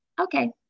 okay